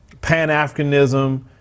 Pan-Africanism